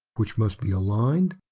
which must be aligned,